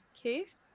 case